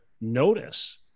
notice